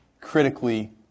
critically